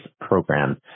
program